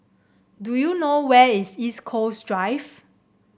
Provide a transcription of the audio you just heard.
do you know where is East Coast Drive